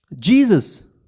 Jesus